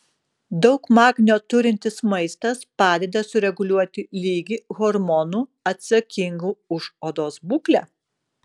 daug magnio turintis maistas padeda sureguliuoti lygį hormonų atsakingų už odos būklę